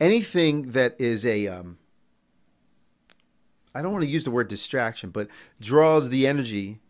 anything that is a i don't want to use the word distraction but draws the energy